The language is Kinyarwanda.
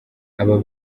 aba